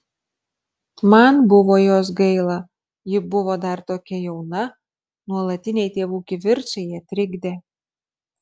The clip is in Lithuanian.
man buvo jos gaila ji buvo dar tokia jauna nuolatiniai tėvų kivirčai ją trikdė